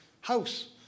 house